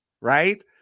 right